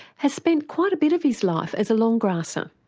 has spent quite a bit of his life as a long grasser.